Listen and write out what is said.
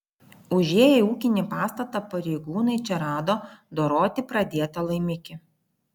užėję į ūkinį pastatą pareigūnai čia rado doroti pradėtą laimikį